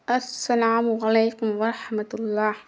السلام علیکم و رحمت اللہ